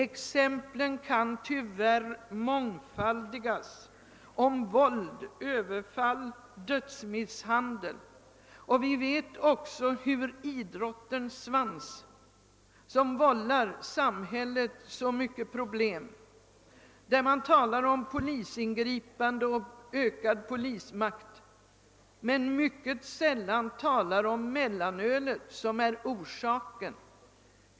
Exemplen kan tyvärr mångfaldigas — om våld, överfall, dödsmisshandel. Vi vet också hur allvarligt läget är när det gäller idrottens svans, som vällar samhället så många problem och där man talar om polisingripande och ökad polismakt men mycket sällan talar om mellanölet, som är orsaken.